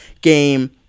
game